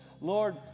Lord